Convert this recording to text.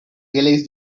realize